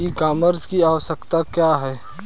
ई कॉमर्स की आवशयक्ता क्या है?